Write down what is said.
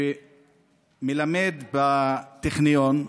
שמלמד בטכניון,